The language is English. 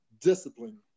discipline